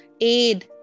aid